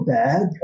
bad